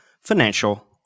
financial